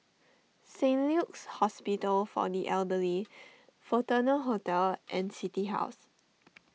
Saint Luke's Hospital for the Elderly Fortuna Hotel and City House